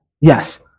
Yes